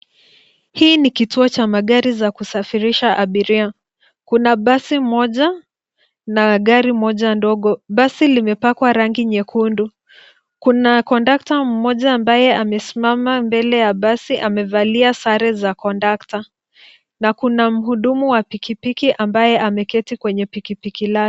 Hii ni kituo cha magari za kusafirisha abiria. Kuna basi moja na gari moja ndogo. Basi limepakwa rangi nyekundu. Kuna kondakta mmoja ambaye amesimama mbele ya basi amevalia sare za kondakta, na kuna mhudumu wa pikipiki ambaye ameketi kwenye pikipiki lake.